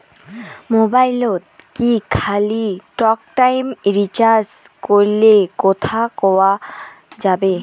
মোবাইলত কি খালি টকটাইম রিচার্জ করিলে কথা কয়া যাবে?